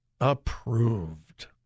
approved